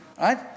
Right